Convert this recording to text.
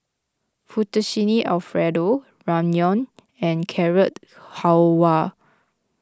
Fettuccine Alfredo Ramyeon and Carrot Halwa